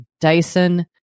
Dyson